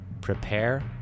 Prepare